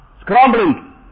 scrambling